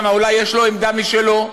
כי אולי יש לו עמדה משלו,